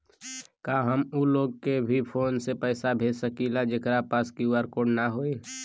का हम ऊ लोग के भी फोन से पैसा भेज सकीला जेकरे पास क्यू.आर कोड न होई?